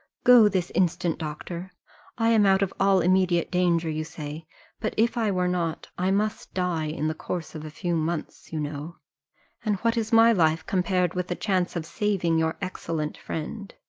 go this instant, doctor i am out of all immediate danger, you say but if i were not i must die in the course of a few months, you know and what is my life, compared with the chance of saving your excellent friend!